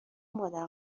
مادر